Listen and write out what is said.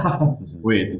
wait